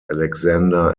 alexander